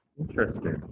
Interesting